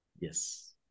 Yes